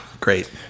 Great